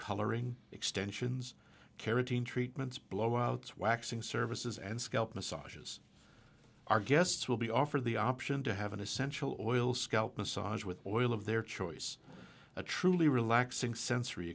coloring extensions carotene treatments blow outs waxing services and scalp massages our guests will be offered the option to have an essential oil scalp massage with oil of their choice a truly relaxing sensory